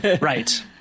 Right